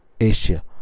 asia